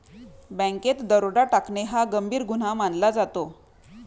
बँकेत दरोडा टाकणे हा गंभीर गुन्हा मानला जातो